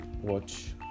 watch